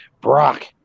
Brock